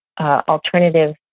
alternative